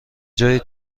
جای